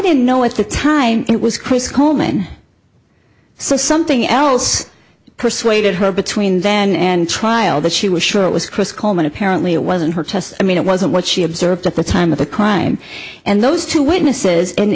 didn't know at the time it was chris coleman so something else persuaded her between then and trial that she was sure it was chris coleman apparently it wasn't her test i mean it wasn't what she observed at the time of the crime and those two witnesses